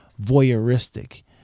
voyeuristic